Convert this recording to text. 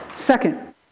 Second